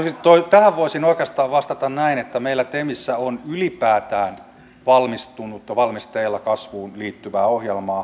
tähän voisin oikeastaan vastata näin että meillä temissä on ylipäätään valmistunut tai valmisteilla kasvuun liittyvää ohjelmaa